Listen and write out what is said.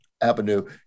avenue